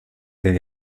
del